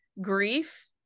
grief